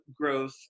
growth